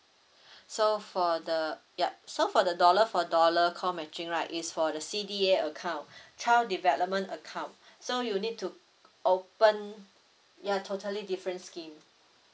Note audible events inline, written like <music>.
<breath> so for the yup so for the dollar for dollar co matching right is for the C_D_A account <breath> child development account so you need to open ya totally different scheme